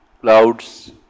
clouds